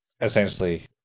essentially